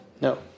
No